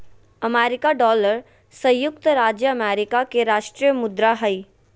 America dollar संयुक्त राज्य America के राष्ट्रीय मुद्रा हइ